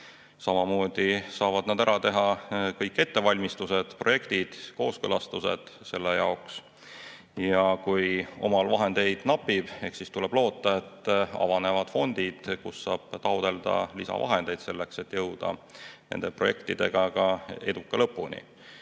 Samamoodi saavad nad ära teha kõik ettevalmistused, projektid, kooskõlastused selle jaoks. Kui omal vahendeid napib, eks siis tuleb loota, et avanevad fondid, kust saab taotleda lisavahendeid selleks, et jõuda nende projektidega eduka lõpuni.